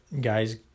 guys